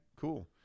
cool